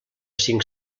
cinc